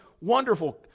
Wonderful